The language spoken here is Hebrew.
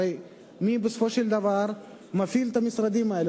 הרי מי בסופו של דבר מפעיל את המשרדים האלה?